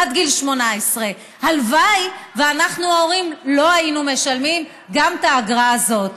עד גיל 18. הלוואי שאנחנו ההורים לא היינו משלמים גם את האגרה הזאת.